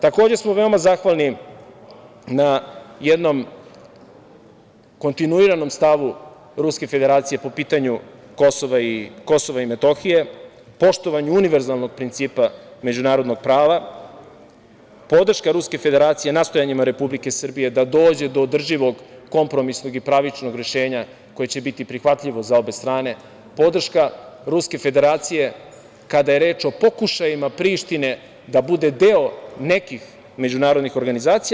Takođe smo veoma zahvalni na jednom kontinuiranom stavu Ruske Federacije po pitanju KiM, poštovanju univerzalnog principa međunarodnog prava, podrška Ruske Federacije nastojanjima Republike Srbije da dođe do održivog kompromisnog i pravičnog rešenja koje će biti prihvatljivo za obe strane, podrška Ruske Federacije kada je reč o pokušajima Prištine da bude deo nekih međunarodnih organizacija.